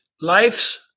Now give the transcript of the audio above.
life's